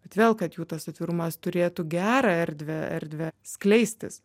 bet vėl kad jų tas atvirumas turėtų gerą erdvę erdvę skleistis